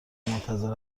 منتظر